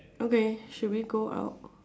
okay should we go out